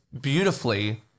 beautifully